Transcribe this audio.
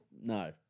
no